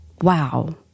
Wow